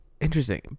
Interesting